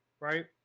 Right